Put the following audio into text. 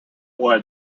won